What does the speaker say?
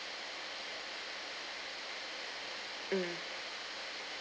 mm